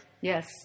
Yes